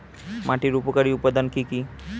মাটির উপকারী উপাদান কি কি?